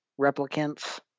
replicants